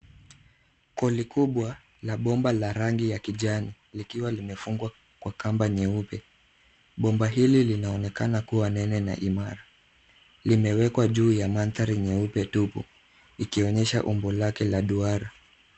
Kuli kubwa la bomba la rangi ya kijani likiwa limefungwa kwa kamba nyeupe. Bomba hili linaonekana kuwa nene na imara. Limewekwa juu ya mandhari nyeupe tupu, ikionyesha umbo lake la duara.